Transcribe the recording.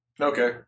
Okay